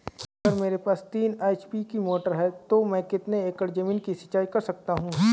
अगर मेरे पास तीन एच.पी की मोटर है तो मैं कितने एकड़ ज़मीन की सिंचाई कर सकता हूँ?